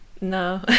No